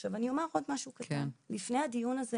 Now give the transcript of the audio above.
עכשיו אני אומר עוד משהו קטן, לפני הדיון הזה